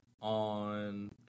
on